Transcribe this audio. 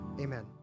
Amen